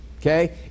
okay